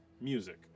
music